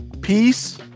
peace